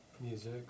music